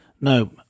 no